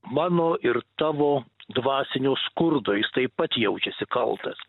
mano ir tavo dvasinio skurdo jis taip pat jaučiasi kaltas